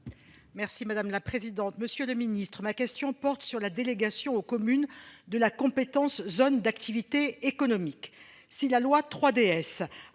Merci madame la présidente. Monsieur le Ministre, ma question porte sur la délégation aux communes de la compétence zone d'activité économique. Si la loi 3DS